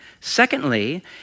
Secondly